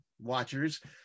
watchers